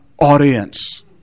audience